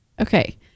Okay